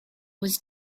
was